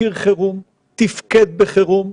מכיר חירום, תפקד בחירום.